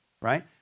Right